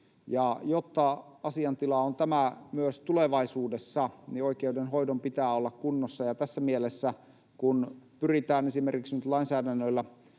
Jotta asiantila on tämä myös tulevaisuudessa, oikeudenhoidon pitää olla kunnossa. Tässä mielessä, kun pyritään esimerkiksi nyt lainsäädännöllä